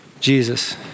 Jesus